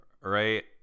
Right